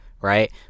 right